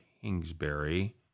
Kingsbury